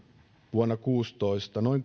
vuonna kuusitoista noin